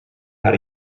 how